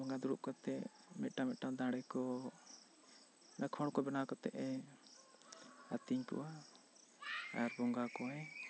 ᱫᱩᱲᱩᱵ ᱠᱟᱛᱮᱜ ᱢᱤᱫᱴᱟᱝ ᱢᱤᱫᱴᱟᱝ ᱫᱟᱲᱮ ᱠᱚ ᱠᱷᱚᱲ ᱠᱚ ᱵᱮᱱᱟᱣ ᱠᱟᱛᱮᱜ ᱮ ᱟᱹᱛᱤᱧ ᱠᱚᱣᱟ ᱟᱨ ᱵᱚᱸᱜᱟ ᱠᱚᱭᱟᱭ